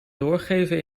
doorgeven